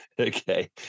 Okay